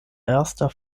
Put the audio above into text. erster